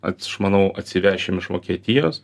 atš manau atsivešim iš vokietijos